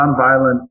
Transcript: nonviolent